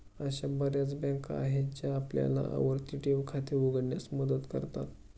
अशा बर्याच बँका आहेत ज्या आपल्याला आवर्ती ठेव खाते उघडण्यास मदत करतात